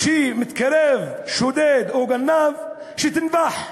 כשמתקרב שודד או גנב, שתנבח,